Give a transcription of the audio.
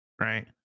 right